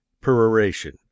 Peroration